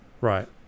right